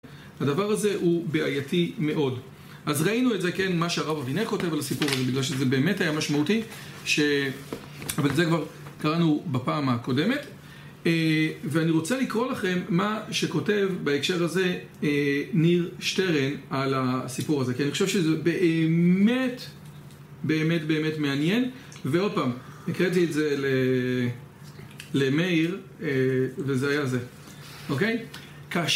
הדבר הזה הוא בעייתי מאוד אז ראינו את זה כן מה שהרב אבינר כותב על הסיפור הזה בגלל שזה באמת היה משמעותי ש... אבל זה כבר קראנו בפעם הקודמת ואני רוצה לקרוא לכם מה שכותב בהקשר הזה ניר שטרן על הסיפור הזה כי אני חושב שזה באמת באמת באמת מעניין ועוד פעם, הקראתי את זה למאיר וזה היה זה, אוקיי?